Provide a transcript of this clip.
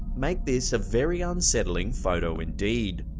make this a very unsettling photo indeed.